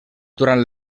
durant